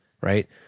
right